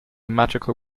magical